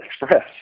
Express